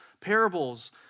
parables